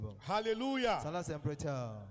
Hallelujah